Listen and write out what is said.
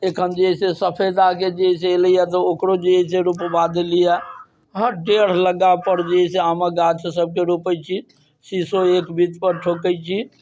एखन जे है से सफेदाके जे है से एलै हँ तऽ ओकरो जे है से रोपबा देलियै हँ हर डेढ़ लग्गापर जे है से आमके गाछ सबके रोपै छी सीसो एक बीतपर ठोकै छी